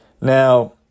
Now